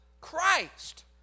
Christ